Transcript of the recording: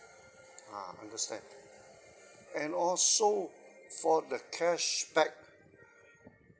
ah understand and also for the cashback